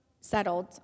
settled